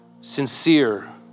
sincere